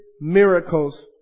miracles